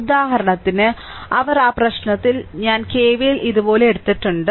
ഉദാഹരണത്തിന് അവർ ആ പ്രശ്നത്തിലാണ് ഞാൻ K V L ഇതുപോലെ എടുത്തിട്ടുണ്ട്